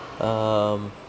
um